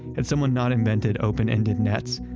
and someone not invented open ended nets,